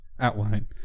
Outline